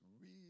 real